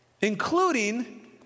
Including